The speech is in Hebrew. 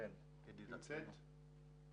בבקשה.